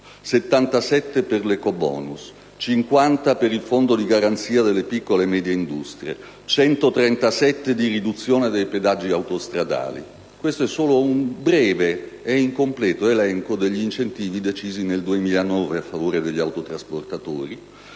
77 per l'ecobonus; 50 per il Fondo di garanzia delle piccole e medie industrie; 137 di riduzione dei pedaggi autostradali: questo è solo un breve ed incompleto elenco degli incentivi decisi nel 2009 a favore degli autotrasportatori